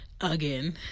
again